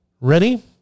Ready